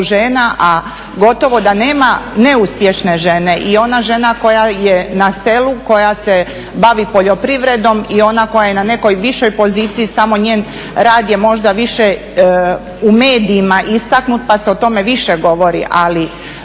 žena, a gotovo da nema neuspješne žene. I ona žena koja je na selu, koja se bavi poljoprivredom i ona koja je na nekoj višoj poziciji samo njen rad je možda više u medijima istaknut pa se o tome više govori, ali